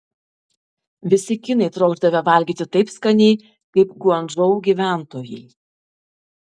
visi kinai trokšdavę valgyti taip skaniai kaip guangdžou gyventojai